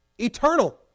Eternal